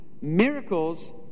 Miracles